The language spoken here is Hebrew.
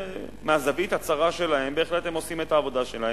מהזווית הצרה שלהם הם עושים את העבודה שלהם,